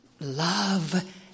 love